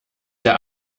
der